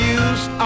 use